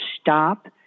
stop